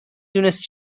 دونست